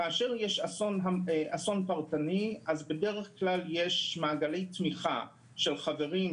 כאשר יש אסון פרטני אז בדרך כלל יש מעגלי תמיכה של חברים,